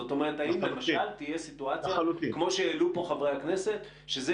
זאת אומרת האם למשל תהיה סיטואציה כמו שהעלו פה חברי הכנסת שזה